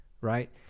right